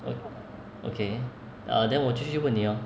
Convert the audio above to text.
oh okay err then 我继续问你 orh